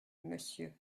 monsieur